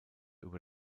über